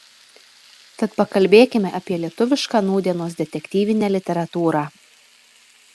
tad pakalbėkime apie lietuvišką nūdienos detektyvinę literatūrą